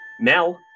Mel